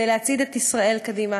להצעיד את ישראל קדימה,